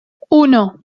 uno